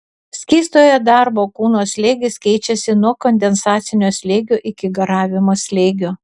skystojo darbo kūno slėgis keičiasi nuo kondensacinio slėgio iki garavimo slėgio